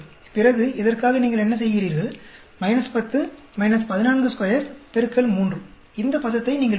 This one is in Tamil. பிறகு இதற்காக நீங்கள் என்ன செய்கிறீர்கள் 10 142 X 3 இந்த பதத்தை நீங்கள் பெறுவீர்கள்